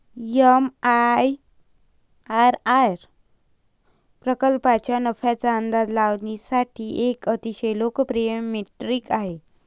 MIRR प्रकल्पाच्या नफ्याचा अंदाज लावण्यासाठी एक अतिशय लोकप्रिय मेट्रिक आहे